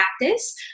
practice